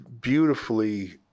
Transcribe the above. beautifully